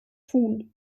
tun